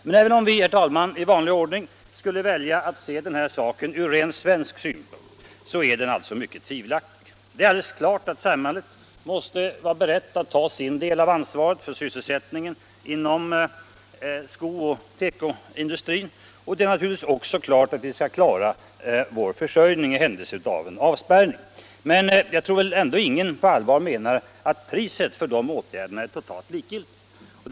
Men även om vi i vanlig ordning skulle välja att se den här saken ur rent svensk synvinkel är åtgärderna mycket tvivelaktiga. Det är alldeles klart att samhället måste vara berett att ta sin del av ansvaret för sysselsättningen inom skooch tekoindustrierna, och vi måste naturligtvis också klara vår försörjning i händelse av en avspärrning. Men ingen kan väl ändå på allvar mena att priset härför är totalt likgiltigt.